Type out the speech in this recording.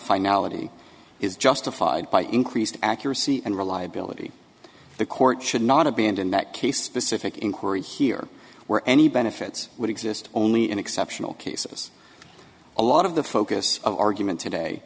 finality is justified by increased accuracy and reliability the court should not abandon that case specific inquiry here where any benefits would exist only in exceptional cases a lot of the focus of argument today